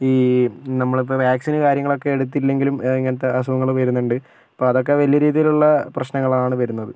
ഈ നമ്മളിപ്പം വാക്സിന് കാര്യങ്ങളൊക്കെ എടുത്തില്ലെങ്കിലും ഇങ്ങനത്തെ അസുഖങ്ങള് വരുന്നുണ്ട് അപ്പം അതൊക്കെ വലിയ രീതിയിലുള്ള പ്രശ്നങ്ങളാണ് വരുന്നത്